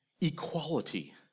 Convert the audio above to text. equality